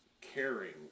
caring